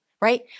right